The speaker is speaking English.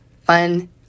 fun